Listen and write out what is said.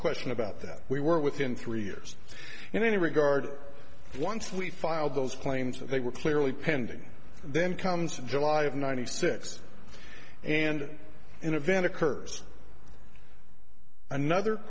question about that we were within three years in any regard once we filed those claims that they were clearly pending then comes in july of ninety six and in a van a curse another